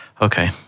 Okay